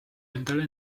endale